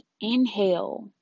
inhale